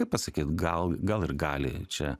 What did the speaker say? kaip pasakyt gal gal ir gali čia